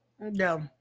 No